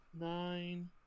Nine